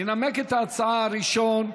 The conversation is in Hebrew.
ינמק את ההצעה ראשון,